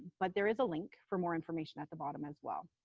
but there is a link for more information at the bottom as well.